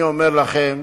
אני אומר לכם